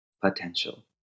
potential